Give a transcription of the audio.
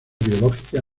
biológicas